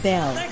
Bell